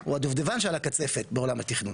הוא הדובדבן שבקצפת בעולם התכנון,